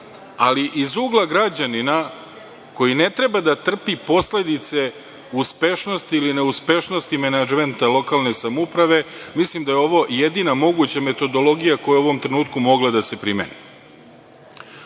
ali iz ugla građanina koji ne treba da trpi posledice uspešnosti ili neuspešnosti menadžmenta lokalne samouprave mislim da je ovo jedina moguća metodologija koja je u ovom trenutku mogla da se primeni. Da